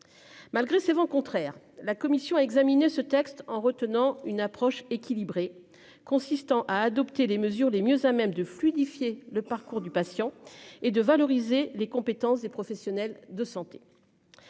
Malgré ces vents contraires, la commission a examiné ce texte en retenant une approche équilibrée consistant à adopter des mesures les mieux à même de fluidifier le parcours du patient et de valoriser les compétences des professionnels de santé.